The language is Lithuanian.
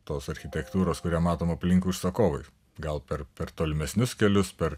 tos architektūros kurią matom aplink užsakovai gal per per tolimesnius kelius per